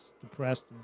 depressed